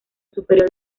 superior